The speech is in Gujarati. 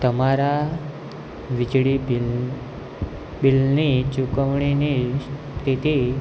તમારા વીજળી બિલની ચુકવણીની સ્થિતિ